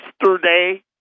yesterday